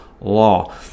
law